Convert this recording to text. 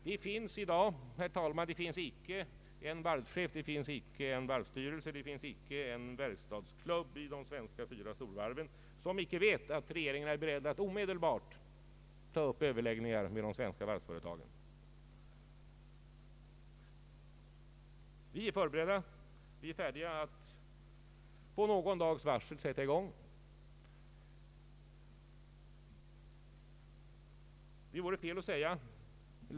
Det finns i dag icke en varvschef, icke en varvsstyrelse eller en verkstadsklubb i de fyra svenska stor varven som icke vet att regeringen är beredd att omedelbart ta upp överläggningar med de svenska varvsföretagen. Vi är förberedda, vi är färdiga att sätta i gång med någon dags varsel.